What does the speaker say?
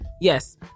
Yes